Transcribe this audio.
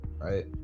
Right